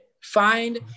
Find